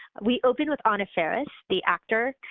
we opened with anna faris, the actor,